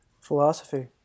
Philosophy